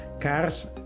cars